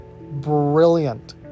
brilliant